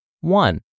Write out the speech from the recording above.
One